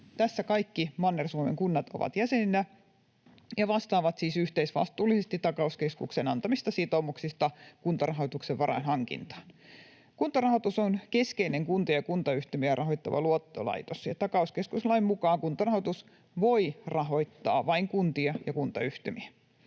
Tässä kaikki Manner-Suomen kunnat ovat jäseninä ja vastaavat siis yhteisvastuullisesti takauskeskuksen antamista sitoumuksista Kuntarahoituksen varainhankintaan. Kuntarahoitus on keskeinen kuntia ja kuntayhtymiä rahoittava luottolaitos, ja takauskeskuslain mukaan Kuntarahoitus voi rahoittaa vain kuntia ja kuntayhtymiä.